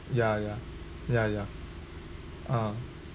ya ya ya ya uh